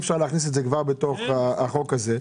אפשר להכניס את זה כבר בתוך החוק הזה.